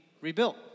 rebuilt